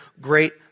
great